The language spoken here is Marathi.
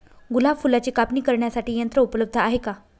गुलाब फुलाची कापणी करण्यासाठी यंत्र उपलब्ध आहे का?